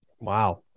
Wow